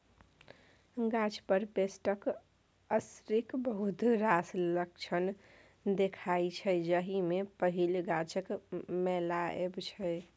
गाछ पर पेस्टक असरिक बहुत रास लक्षण देखाइ छै जाहि मे पहिल गाछक मौलाएब छै